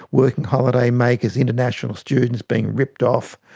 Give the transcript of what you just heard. working holiday makers, international students being ripped off,